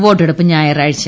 വോട്ടെടുപ്പ് ഞായറാഴ്ച